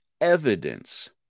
evidence